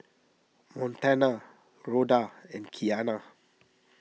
Montana Rhoda and Qiana